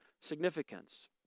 significance